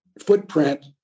footprint